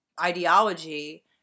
ideology